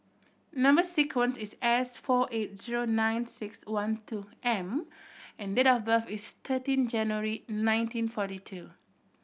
number sequence is S four eight zero nine six one two M and date of birth is thirteen January nineteen forty two